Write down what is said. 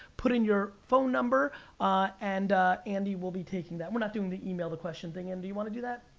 put in your phone number and andy will be taking that. we're not doing the email the question thing, andy. and do you wanna do that?